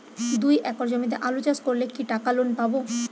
দুই একর জমিতে আলু চাষ করলে কি টাকা লোন পাবো?